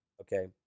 Okay